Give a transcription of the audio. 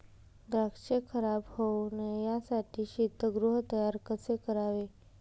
द्राक्ष खराब होऊ नये यासाठी शीतगृह तयार कसे करावे?